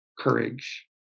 courage